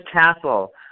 Castle